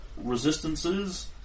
Resistances